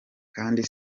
kandi